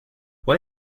why